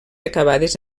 acabades